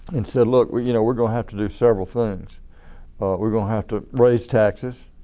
and said look we you know are going to have to do several things we are going to have to raise taxes